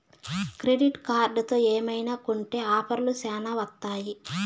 credit కార్డుతో ఏమైనా కొంటె ఆఫర్లు శ్యానా వత్తాయి